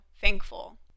thankful